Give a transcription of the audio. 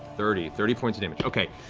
thirty thirty points of damage. okay.